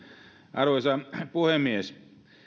arvoisa puhemies